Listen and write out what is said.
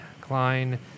Klein